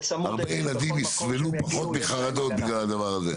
בצמוד --- הרבה ילדים יסבלו פחות מחרדות בגלל הדבר הזה.